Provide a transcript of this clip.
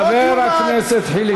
חבר הכנסת חיליק בר.